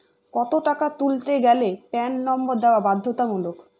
কত টাকা তুলতে গেলে প্যান নম্বর দেওয়া বাধ্যতামূলক?